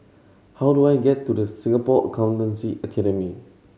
how do I get to The Singapore Accountancy Academy